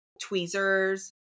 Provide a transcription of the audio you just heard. tweezers